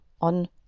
on